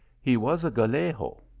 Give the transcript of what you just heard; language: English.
he was a gallego,